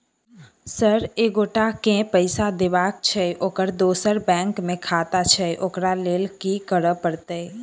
Sir एक एगोटा केँ पैसा देबाक छैय ओकर दोसर बैंक मे खाता छैय ओकरा लैल की करपरतैय?